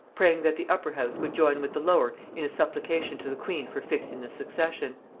praying that the upper house would join with the lower in a supplication to the queen for fixing the succession.